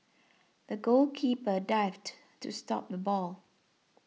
the goalkeeper dived to stop the ball